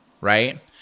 right